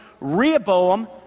Rehoboam